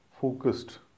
focused